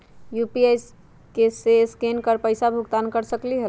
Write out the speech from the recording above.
UPI से scan कर पईसा भुगतान कर सकलीहल?